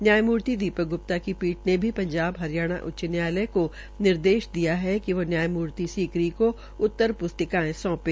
न्यायमूर्ति दीपक ग्रप्ता की पीठ ने भी पंजाब हरियाणा उच्च न्यायालय को निर्देश दिया कि वह न्यायमूर्ति सीकरी को उत्तर प्स्तिकायें सौंपे